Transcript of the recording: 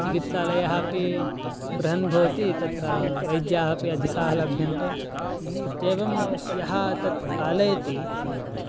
चिकित्सालयः अपि बृहन् भवति तत्र वैद्याः अपि अधिकाः लभ्यन्ते इत्येवं यः तत् पालयति